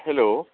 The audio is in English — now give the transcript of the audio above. hello